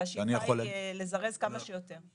והשיטה היא לזרז כמה שיותר.